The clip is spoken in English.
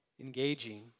Engaging